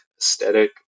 aesthetic